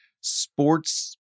sports